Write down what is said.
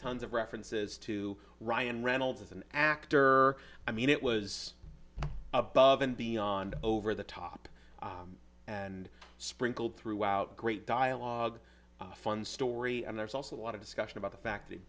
tons of references to ryan reynolds as an actor i mean it was above and beyond over the top and sprinkled throughout great dialogue fun story and there's also a lot of discussion about the fact